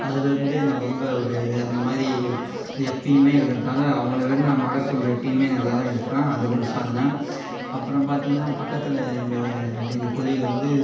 அதிலேருந்தே நான் ரொம்ப ஒரு அந்த மாதிரி எப்போயுமே இருக்கிறதால அவங்கள விட நான் மகசூல் எப்போயுமே நல்லதா எடுப்பேன் அது ஒரு சாதனை அப்புறம் பார்த்திங்கன்னா பக்கத்தில் எங்கள் எங்கள் கொள்ளையில் வந்து